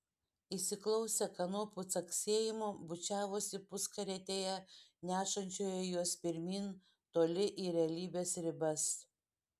įsiklausę kanopų caksėjimo bučiavosi puskarietėje nešančioje juos pirmyn toli į realybės ribas